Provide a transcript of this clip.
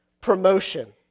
promotion